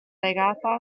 regata